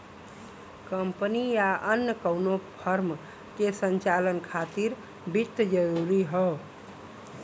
company या अन्य कउनो फर्म के संचालन खातिर वित्त जरूरी हौ